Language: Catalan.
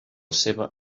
seva